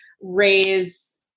raise